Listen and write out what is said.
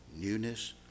newness